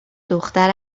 دختر